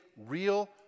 real